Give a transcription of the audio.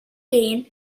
gain